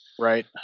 Right